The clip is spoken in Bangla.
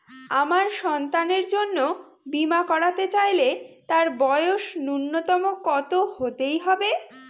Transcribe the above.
আমার সন্তানের জন্য বীমা করাতে চাইলে তার বয়স ন্যুনতম কত হতেই হবে?